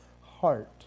heart